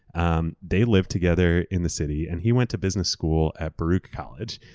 um they lived together in the city. and he went to business school at baruch college.